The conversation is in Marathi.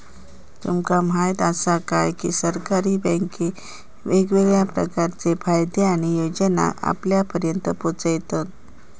तुमका म्हायत आसा काय, की सरकारी बँके वेगवेगळ्या प्रकारचे फायदे आणि योजनांका आपल्यापर्यात पोचयतत